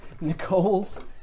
Nicole's